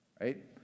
right